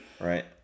Right